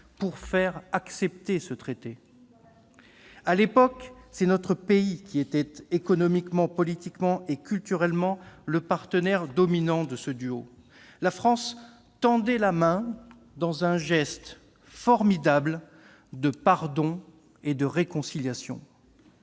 pour faire accepter ce traité. À l'époque, c'est notre pays qui était économiquement, politiquement et culturellement le partenaire dominant de ce duo. La France tendait la main dans un formidable geste de pardon et de réconciliation.